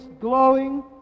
glowing